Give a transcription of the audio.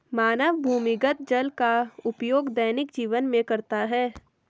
मानव भूमिगत जल का उपयोग दैनिक जीवन में करता है